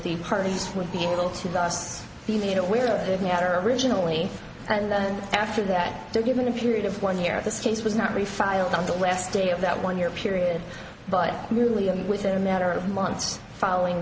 the parties would be a little too dusts even aware of it matter originally and then after that they're given a period of one year of this case was not refiled on the last day of that one year period but merely a within a matter of months following